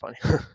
funny